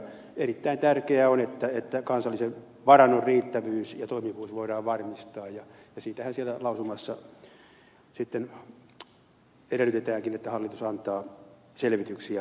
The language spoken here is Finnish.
erittäin tärkeää on että kansallisen varannon riittävyys ja toimivuus voidaan varmistaa ja sitähän lausumassa edellytetäänkin että hallitus antaa selvityksiä valiokunnalle